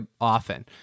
often